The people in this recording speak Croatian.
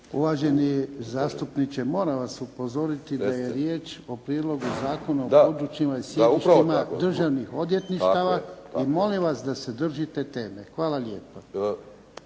Uvaženi zastupniče, moram vas upozoriti da je riječ o Prijedlogu zakona o područjima i središtima državnih odvjetništava i molim vas da se držite teme. Hvala lijepo.